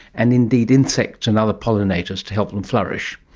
and indeed insects and other pollinators to help them flourish.